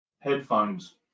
Headphones